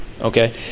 okay